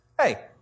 hey